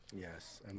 Yes